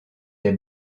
des